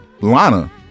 Lana